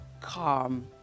calm